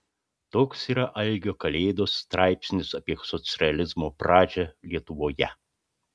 toks yra algio kalėdos straipsnis apie socrealizmo pradžią lietuvoje